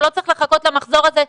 הוא לא צריך לחכות למחזור הזה.